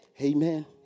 Amen